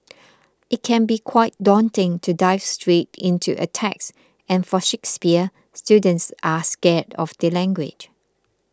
it can be quite daunting to dive straight into a text and for Shakespeare students are scared of the language